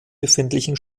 befindlichen